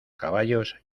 caballos